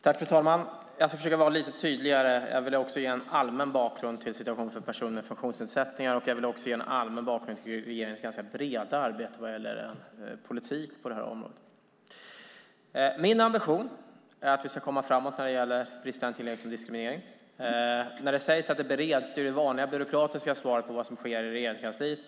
Fru talman! Jag ska försöka vara lite tydligare. Jag vill ge en allmän bakgrund till situationen för personer med funktionsnedsättningar, och jag vill också ge en allmän bakgrund till regeringens ganska breda arbete vad gäller politiken på området. Min ambition är att vi ska komma framåt när de gäller bristande tillgänglighet som grund för diskriminering. Att något håller på att beredas är det vanliga byråkratiska svaret på vad som sker i Regeringskansliet.